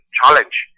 challenge